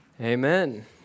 Amen